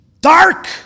dark